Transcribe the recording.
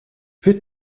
wird